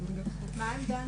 מה העמדה הנכונה?